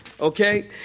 okay